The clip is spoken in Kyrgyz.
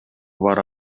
бара